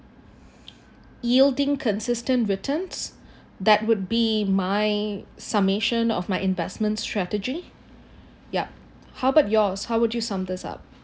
yielding consistent returns that would be my summation of my investment strategy yup how about yours how would you sum this up